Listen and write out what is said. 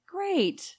Great